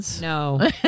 No